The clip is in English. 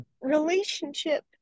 relationship